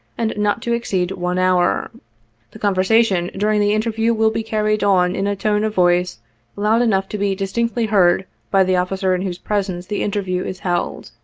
and not to exceed one hour the conversation during the interview will be carried on in a tone of voice loud enough to be distinctly heard by the officer in whose presence the interview is held.